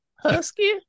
Husky